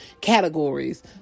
categories